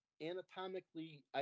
anatomically